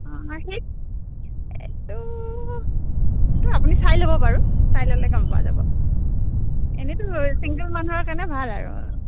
অঁ আহি এইটো এইটো আপুনি চাই ল'ব বাৰু চাই ল'লে গম পোৱা যাব এনেইতো চিংগল মানুহৰ কাৰণে ভাল আৰু